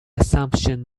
assumption